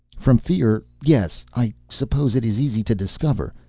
from fear, yes. i suppose it is easy to discover.